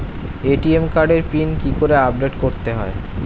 ATM কার্ডের pin কি করে আপডেট করতে হয়?